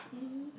mmhmm